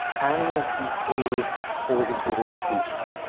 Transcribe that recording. animals behave for the good of the species.